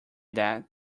that